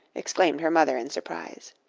exclaimed her mother in surprise.